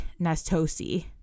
Nastosi